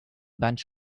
bunch